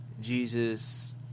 Jesus